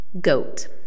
Goat